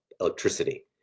electricity